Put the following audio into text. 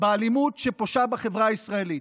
באלימות שפושה בחברה הישראלית.